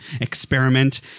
experiment